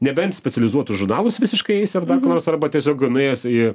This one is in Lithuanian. nebent specializuotus žurnalus visiškai eisi ar dar ką nors arba tiesiog nuėjęs į